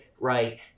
right